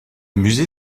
musée